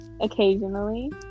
occasionally